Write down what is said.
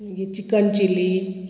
मागीर chicken chilli